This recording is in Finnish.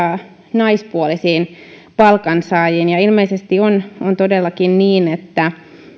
naispuolisiin palkansaajiin ilmeisesti on on todellakin niin että